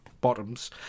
bottoms